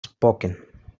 spoken